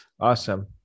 Awesome